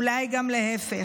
אולי גם להפך.